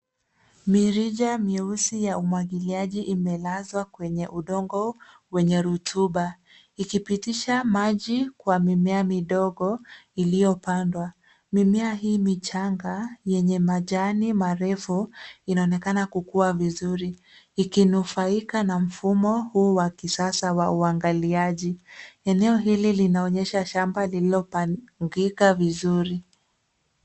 Mirija myeusi ya umwagiliaji imelazwa kwenye udongo wenye rutuba, ikipitisha maji kwa mimea midogo iliyopandwa. Mimea hii michanga yenye majani marefu, inaonekana kukua vizuri, ikinufaika na mfumo huu wa kisasa wa uwangaliaji. Eneo hili linaonyesha shamba lililopangika vizuri.